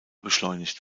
beschleunigt